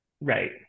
right